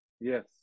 Yes